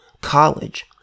college